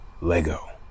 lego